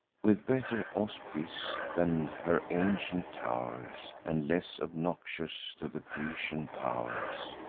with better auspice than her ancient tow'rs, and less obnoxious to the grecian pow'rs.